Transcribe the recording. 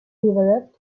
developed